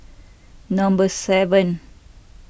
number seven